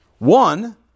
One